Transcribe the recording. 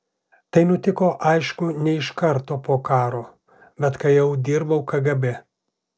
tai nutiko aišku ne iš karto po karo bet kai jau dirbau kgb